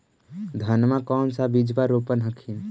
धनमा कौन सा बिजबा रोप हखिन?